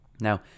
Now